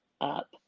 up